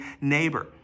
neighbor